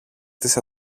της